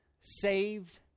saved